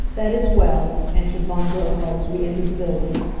that is well, answered von gerhard, as we entered the building.